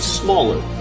smaller